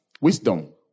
wisdom